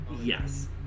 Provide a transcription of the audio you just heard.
Yes